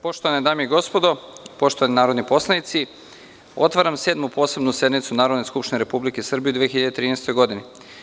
Poštovane dame i gospodo, poštovani narodni poslanici, otvaram Sedmu posebnu sednicu Narodne skupštine Republike Srbije u 2013. godini.